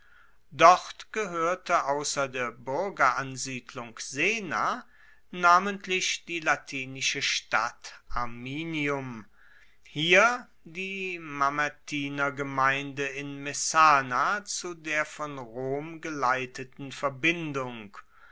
dort gehoerte ausser der buergeransiedlung sena namentlich die latinische stadt ariminum hier die mamertinergemeinde in messana zu der von rom geleiteten verbindung